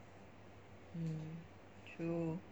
true